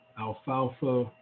alfalfa